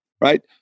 Right